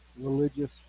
religious